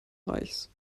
reichs